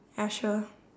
ah sure